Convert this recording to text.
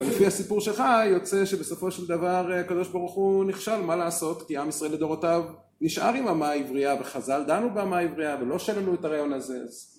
ולפי הסיפור שלך יוצא שבסופו של דבר הקדוש ברוך הוא נכשל, מה לעשות כי עם ישראל לדורותיו נשאר עם אמה העברייה, וחז"ל דנו באמה העברייה ולא שללו את הרעיון הזה.